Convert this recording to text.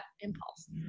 impulse